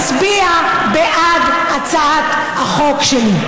תתייצב פה ותצביע בעד הצעת החוק שלי.